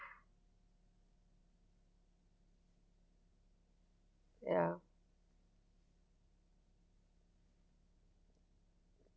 ya